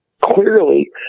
clearly